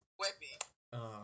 weapon